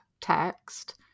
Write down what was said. text